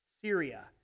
Syria